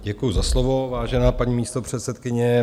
Děkuji za slovo, vážená paní místopředsedkyně.